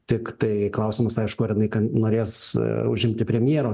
tiktai klausimas aišku ar jinai kad norės užimti premjero